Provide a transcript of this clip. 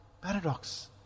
paradox